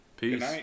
Peace